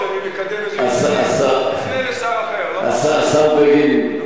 השר בגין,